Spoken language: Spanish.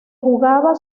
jugaba